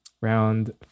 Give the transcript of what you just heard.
Round